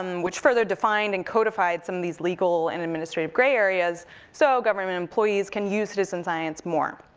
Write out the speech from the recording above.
um which further defined and codified some of these legal and administrative gray areas so government employees can use citizen science more.